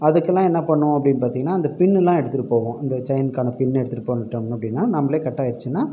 அதுக்குலாம் என்ன பண்ணுவோம் அப்படினு பார்த்திங்கன்னா இந்த பின் எல்லாம் எடுத்துட்டு போவோம் இந்த செயினுக்கான பின் எடுத்துட்டு போய்விட்டோம் அப்படின்னா நம்பளே கட் ஆயிடிச்சுன்னா